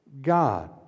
God